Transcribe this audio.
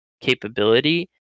capability